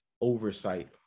oversight